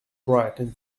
brightened